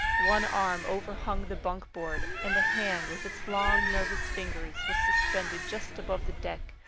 one arm overhung the bunk-board, and the hand, with its long, nervous fingers, was suspended just above the deck,